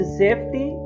safety